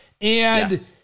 and-